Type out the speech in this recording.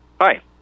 Hi